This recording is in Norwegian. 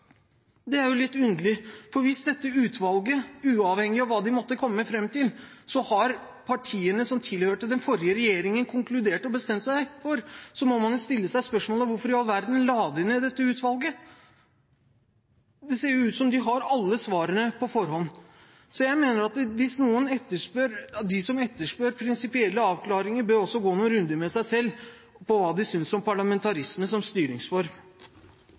Det er litt underlig at uavhengig av hva utvalget måtte komme fram til, har partiene som tilhørte den forrige regjeringen, konkludert og bestemt seg. Da må man stille seg spørsmålet: Hvorfor opprettet man dette utvalget? Det ser jo ut til at de har alle svarene på forhånd. Jeg mener at de som etterspør prinsipielle avklaringer, også bør gå noen runder med seg selv om hva de synes om parlamentarisme som